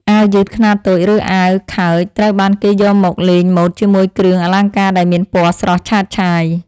អាវយឺតខ្នាតតូចឬអាវខើចត្រូវបានគេយកមកលេងម៉ូដជាមួយគ្រឿងអលង្ការដែលមានពណ៌ស្រស់ឆើតឆាយ។